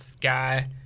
guy